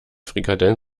frikadellen